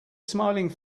smiling